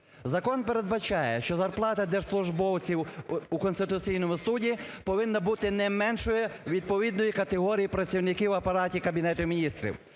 Закон передбачає, що зарплата держслужбовців у Конституційному Суді повинна бути не меншою відповідної категорії працівників в Апараті Кабінету Міністрів,